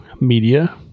Media